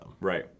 Right